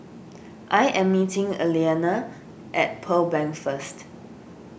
I am meeting Aliana at Pearl Bank first